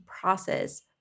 process